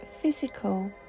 physical